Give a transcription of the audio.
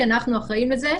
כי אנחנו אחראים לזה?